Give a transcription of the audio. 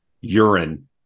urine